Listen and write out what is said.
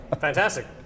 Fantastic